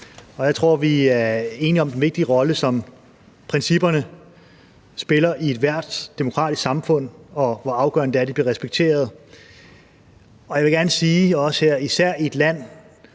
Jeg tror, vi er enige om den vigtige rolle, som principperne spiller i ethvert demokratisk samfund, og hvor afgørende det er, at de bliver respekteret. Jeg vil gerne sige også her,